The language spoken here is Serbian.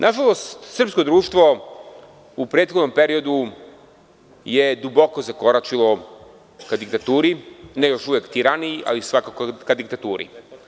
Nažalost, srpsko društvo u prethodnom periodu je duboko zakoračilo ka diktaturi, ne još uvek tiraniji, ali svakako ka diktaturi.